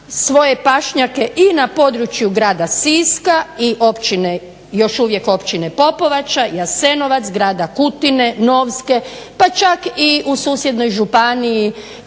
svoje pašnjake i na području grada Siska i općine još uvijek općine Popovača, Jasenovac, grada Kutine, Novske, pa čak i u susjednoj Županiji